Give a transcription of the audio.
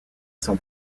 son